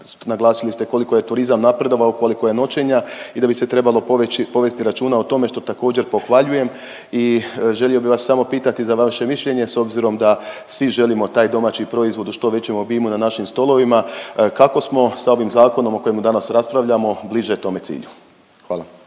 Naglasili ste koliko je turizam napredovao, koliko je noćenja i da bi se trebalo poveći, povesti računa o tome što također pohvaljujem i želio bih vas samo pitati za vaše mišljenje s obzirom da svi želimo taj domaći proizvod u što većem obimu na našim stolovima. Kako smo sa ovim zakonom o kojemu danas raspravljamo bliže tome cilju? Hvala.